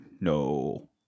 no